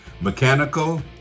mechanical